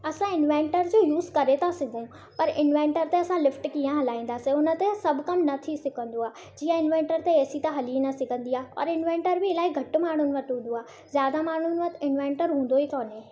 असां इनवंटर जो यूज़ करे था सघूं पर इनवंटर ते असां लिफ्ट कीअं हलाईंदासीं उन ते सभु कमु न थी सघंदो आहे जीअं इनवेंटर ते ए सी त हली न सघंदी आहे और इनवेंटर बि इलाही घटि माण्हुनि वटि हूंदो आहे ज्यादा माण्हुनि वटि इनवंटर हूंदो ई कोन्हे